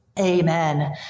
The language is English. Amen